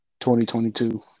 2022